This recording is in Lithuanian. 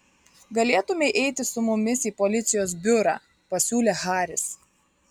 galėtumei eiti su mumis į policijos biurą pasiūlė haris